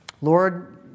Lord